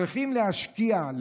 צריכים להשקיע,